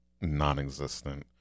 non-existent